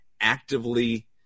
actively